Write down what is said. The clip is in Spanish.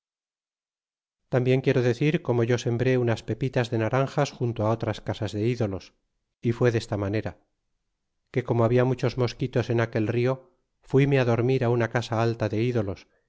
tambien quiero decir como yo sembré unas pepitas de naranjas junto á otras casas de ídolos y fué desta manera que como había muchos mosquitos en aquel rio fuíme dormir á una casa alta de ídolos